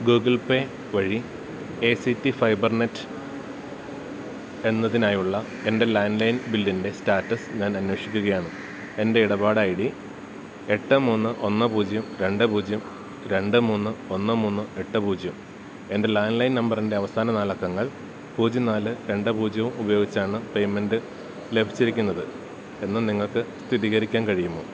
Google Pay വഴി A C T fiber net എന്നതിനായുള്ള എൻ്റെ ലാൻഡ്ലൈൻ ബില്ലിൻ്റെ സ്റ്റാറ്റസ് ഞാനന്വേഷിക്കുകയാണ് എൻ്റെ ഇടപാട് ഐ ഡി എട്ട് മൂന്ന് ഒന്ന് പൂജ്യം രണ്ട് പൂജ്യം രണ്ട് മൂന്ന് ഒന്ന് മൂന്ന് എട്ട് പൂജ്യം എൻ്റെ ലാൻഡ്ലൈൻ നമ്പറിൻ്റെ അവസാന നാലക്കങ്ങൾ പൂജ്യം നാല് രണ്ട് പൂജ്യവും ഉപയോഗിച്ചാണ് പേയ്മെൻ്റ് ലഭിച്ചിരിക്കുന്നത് എന്നു നിങ്ങൾക്ക് സ്ഥിരീകരിക്കാൻ കഴിയുമോ